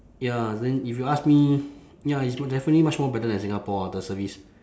ya then if you ask me ya it's definitely much more better than singapore ah the service